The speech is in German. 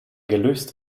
gelöst